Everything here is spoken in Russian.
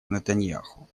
нетаньяху